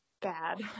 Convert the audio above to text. bad